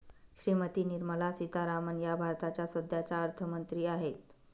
श्रीमती निर्मला सीतारामन या भारताच्या सध्याच्या अर्थमंत्री आहेत